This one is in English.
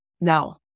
Now